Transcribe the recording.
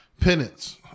penance